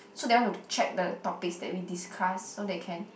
so they want to check the topics that we discuss so they can